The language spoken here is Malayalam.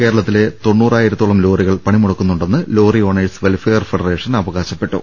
കേരളത്തിലെ തൊണ്ണൂ റായിരത്തോളം ലോറികൾ പണിമുടക്കുന്നുണ്ടെന്ന് ലോറി ഓണേഴ്സ് വെൽഫെയർ ഫെഡറേഷൻ അവകാശപ്പെ ട്ടു